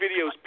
videos